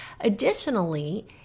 Additionally